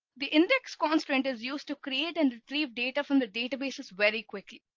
the index constraint is used to create and retrieve data from the database is very quickly.